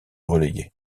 relégué